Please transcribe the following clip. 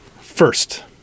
First